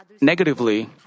negatively